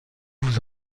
vous